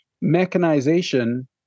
mechanization